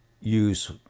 use